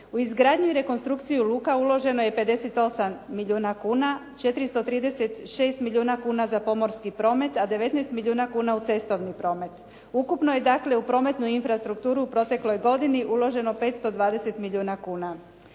U izgradnju i rekonstrukciju luka uloženo je 58 milijuna kuna, 436 milijuna kuna za pomorski promet, a 19 milijuna kuna u cestovni promet. Ukupno je dakle u prometnu infrastrukturu u protekloj godini uloženo 520 milijuna kuna.